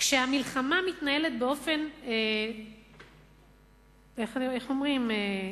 כשהמלחמה מתנהלת באופן, איך אומרים?